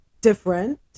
different